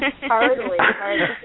hardly